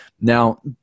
Now